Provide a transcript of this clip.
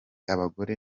abagore